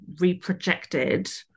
reprojected